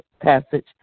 passage